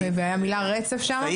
ואוקיי, והמילה רצף נמצאת שם?